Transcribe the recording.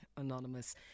Anonymous